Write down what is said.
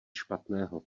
špatného